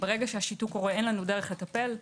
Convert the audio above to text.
כשהוא קורה אין לנו דרך לטפל.